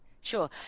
Sure